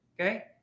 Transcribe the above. okay